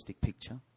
picture